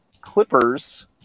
Clippers